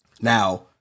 Now